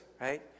right